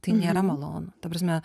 tai nėra malonu ta prasme